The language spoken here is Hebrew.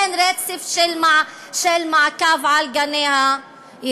אין רצף של מעקב אחר גני-הילדים.